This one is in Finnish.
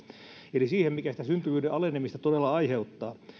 eli siihen mikä sitä syntyvyyden alenemista todella aiheuttaa